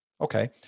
Okay